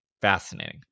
Fascinating